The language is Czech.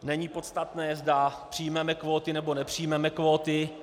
Není podstatné, zda přijmeme kvóty, nebo nepřijmeme kvóty.